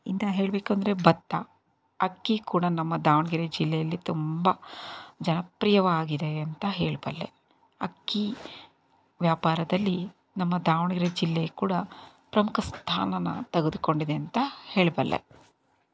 ಇಂದ ಹೇಳಬೇಕಂದರೆ ಭತ್ತ ಅಕ್ಕಿ ಕೂಡ ನಮ್ಮ ದಾವಣಗೆರೆ ಜಿಲ್ಲೆಯಲ್ಲಿ ತುಂಬ ಜನಪ್ರಿಯವಾಗಿದೆ ಅಂತ ಹೇಳಬಲ್ಲೆ ಅಕ್ಕಿ ವ್ಯಾಪಾರದಲ್ಲಿ ನಮ್ಮ ದಾವಣಗೆರೆ ಜಿಲ್ಲೆ ಕೂಡ ಪ್ರಮುಖ ಸ್ಥಾನವನ್ನು ತಗೆದುಕೊಂಡಿದೆ ಅಂತ ಹೇಳಬಲ್ಲೆ